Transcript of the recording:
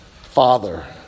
Father